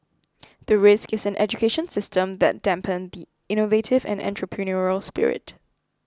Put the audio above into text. the risk is an education system that dampen the innovative and entrepreneurial spirit